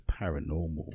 paranormal